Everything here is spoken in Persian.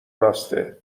راسته